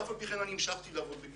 ואף על פי כן המשכתי לעבוד בגיור.